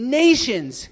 nations